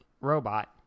robot